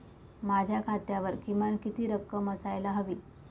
माझ्या खात्यावर किमान किती रक्कम असायला हवी?